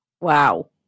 Wow